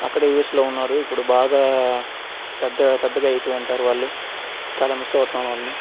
అక్కడే యుఎస్లో ఉన్నారు ఇప్పుడు బాగా పెద్దగా పెద్దగా అయిపోయి ఉంటారు వాళ్ళు చాల మిస్ అవుతున్నాను వాళ్ళని